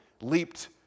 leaped